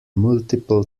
multiple